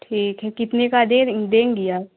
ठीक है कितने का दे रही देंगी आप